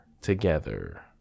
together